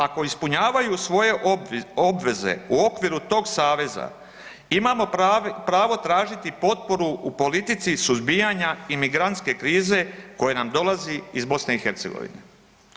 Ako ispunjavaju svoje obveze u okviru tog saveza, imamo pravo tražiti potporu u politici suzbijanja imigrantske krize koje nam dolazi iz BiH.